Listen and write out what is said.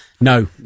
No